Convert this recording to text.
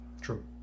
true